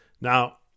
Now